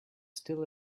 still